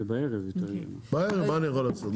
בערב, מה אני יכול לעשות?